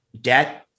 debt